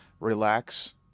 relax